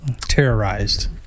Terrorized